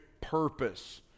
purpose